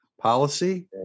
policy